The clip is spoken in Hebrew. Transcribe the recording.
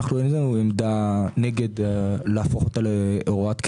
אין לנו עמדה להפוך את ההוראה להוראת קבע.